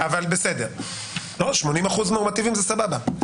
בסדר, 80% נורמטיביים זה סבבה.